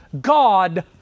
God